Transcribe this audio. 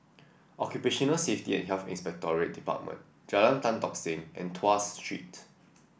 Occupational Safety and Health Inspectorate Department Jalan Tan Tock Seng and Tuas Street